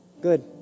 Good